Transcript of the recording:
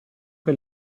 che